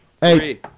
Hey